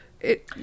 It-